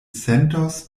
sentos